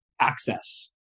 access